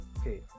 Okay